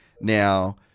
Now